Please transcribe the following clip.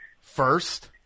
first